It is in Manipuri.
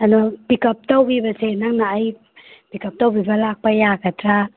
ꯑꯗꯣ ꯄꯤꯛ ꯑꯞ ꯇꯧꯕꯤꯕꯁꯦ ꯅꯪꯅ ꯑꯩ ꯄꯤꯛ ꯑꯞ ꯇꯧꯕꯤꯕ ꯌꯥꯒꯗ꯭ꯔꯥ